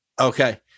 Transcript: okay